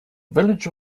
village